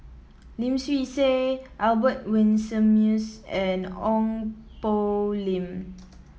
Lim Swee Say Albert Winsemius and Ong Poh Lim